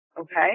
okay